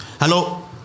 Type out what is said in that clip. Hello